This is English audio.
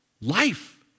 life